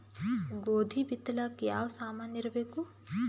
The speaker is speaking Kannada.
ಗೋಧಿ ಬಿತ್ತಲಾಕ ಯಾವ ಸಾಮಾನಿರಬೇಕು?